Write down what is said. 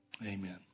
Amen